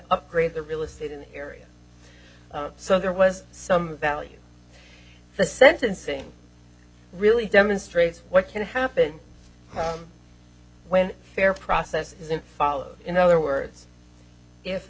upgrade the real estate in the area so there was some value in the sentencing really demonstrates what can happen when fair process isn't followed in other words if